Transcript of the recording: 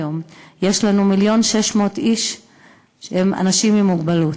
היום יש לנו 1.6 מיליון איש עם מוגבלות,